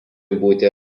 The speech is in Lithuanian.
būti